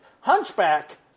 Hunchback